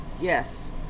Yes